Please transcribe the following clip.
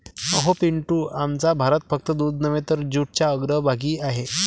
अहो पिंटू, आमचा भारत फक्त दूध नव्हे तर जूटच्या अग्रभागी आहे